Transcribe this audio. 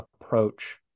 approach